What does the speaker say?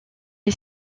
est